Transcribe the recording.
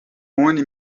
oni